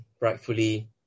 rightfully